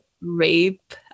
Rape